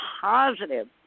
positive